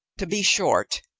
to be short,